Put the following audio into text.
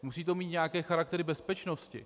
Musí to mít nějaký charakter bezpečnosti.